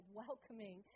welcoming